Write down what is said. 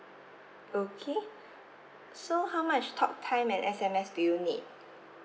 okay so how much talk time and S_M_S do you need